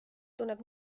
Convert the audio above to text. tunneb